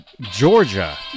Georgia